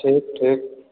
ठीक ठीक